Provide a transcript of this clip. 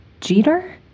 Jeter